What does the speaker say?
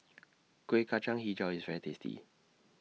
Kuih Kacang Hijau IS very tasty